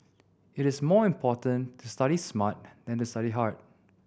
it is more important to study smart than to study hard